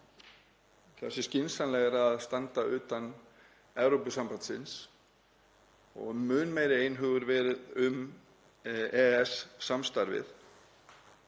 það sé skynsamlegra að standa utan Evrópusambandsins og mun meiri einhugur verið um EES-samstarfið